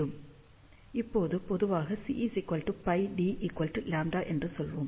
இப்போது பொதுவாக CπD λ என்று சொல்வோம்